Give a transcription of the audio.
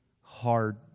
hard